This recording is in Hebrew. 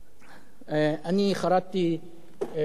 אני חרטתי לאחרונה,